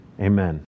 Amen